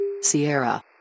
Sierra